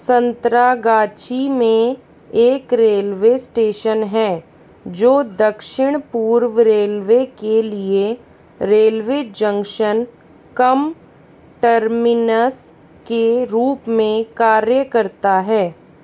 संतरागाछी में एक railway station है जो दक्षिण पूर्व रेलवे के लिए रेलवे जंक्शन कम टर्मिनस के रूप में कार्य करता है